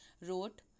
wrote